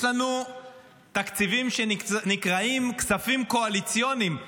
יש לנו תקציבים שנקראים כספים קואליציוניים במיליארדים,